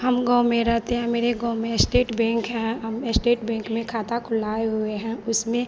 हम गाँव में रहते हैं मेरे गाँव में एश्टेट बेंक है हम एश्टेट बैंक में खाता खुलाए हुए हैं उसमें